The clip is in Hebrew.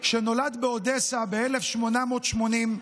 נולד באודסה ב-1880,